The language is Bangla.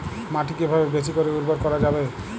মাটি কিভাবে বেশী করে উর্বর করা যাবে?